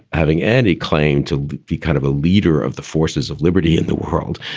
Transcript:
having any claim to be kind of a leader of the forces of liberty in the world.